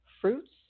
fruits